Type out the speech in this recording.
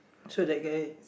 so that guy